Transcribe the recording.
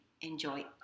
enjoy